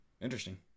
Interesting